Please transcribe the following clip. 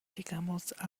llegamos